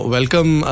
Welcome